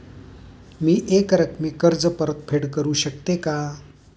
मी एकरकमी कर्ज परतफेड करू शकते का?